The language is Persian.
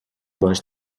باهاش